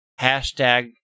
hashtag